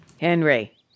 Henry